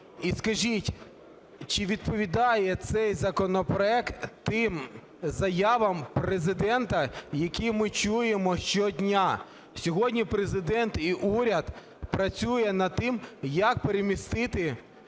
І скажіть, чи відповідає цей законопроект тим заявам Президента, які ми чуємо щодня. Сьогодні Президент і уряд працює над тим, як перемістити